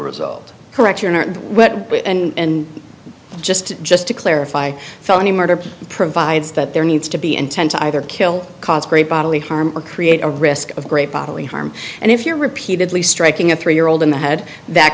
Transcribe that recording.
result correct your honor and just just to clarify felony murder provides that there needs to be intent to either kill cause great bodily harm or create a risk of great bodily harm and if you're repeatedly striking a three year old in the head that